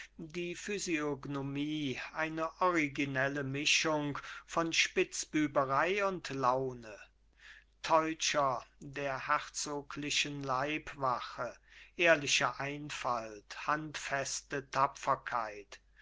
die physiognomie eine originelle mischung von spitzbüberei und laune teutscher der herzoglichen leibwache ehrliche einfalt handfeste tapferkeit